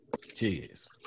Cheers